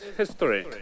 history